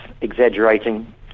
exaggerating